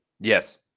Yes